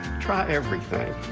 try everything.